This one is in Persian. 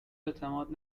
اعتماد